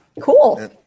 Cool